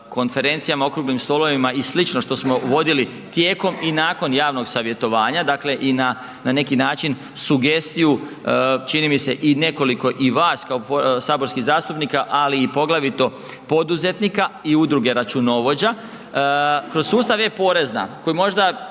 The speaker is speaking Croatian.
konferencijama, okruglim stolovima i slično što smo uvodili tijekom i nakon javnog savjetovanja, dakle i na, na neki način sugestiju, čini mi se, i nekoliko i vas kao saborskih zastupnika, ali i poglavito poduzetnika i udruge računovođa, kroz sustav e-porezna koju možda,